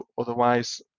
otherwise